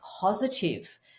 positive